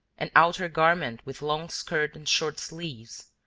an outer garment with long skirt and short sleeves,